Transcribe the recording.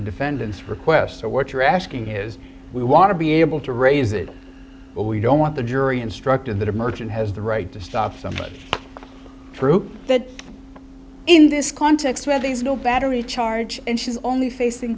defendant's request so what you're asking is we want to be able to raise it but we don't want the jury instructed that a merchant has the right to stop somebody through that in this context where these no battery charge and she's only facing